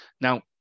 Now